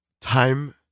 time